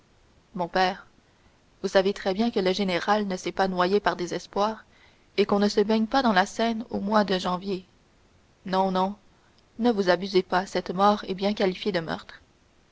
mon père vous savez très bien que le général ne s'est pas noyé par désespoir et qu'on ne se baigne pas dans la seine au mois de janvier non non ne vous abusez pas cette mort est bien qualifiée de meurtre